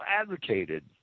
advocated